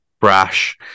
brash